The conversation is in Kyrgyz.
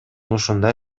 ушундай